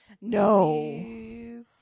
no